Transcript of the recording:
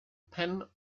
pen